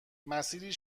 مسیری